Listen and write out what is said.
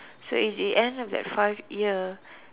so in the end of that five year